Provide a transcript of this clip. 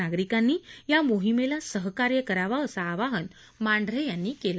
नागरिकांनी या मोहिमेला सहकार्य करावं असं आवाहन मांढरे यांनी केलं